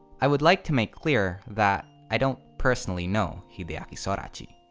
i would like to make clear that i don't personally know hideaki sorachi.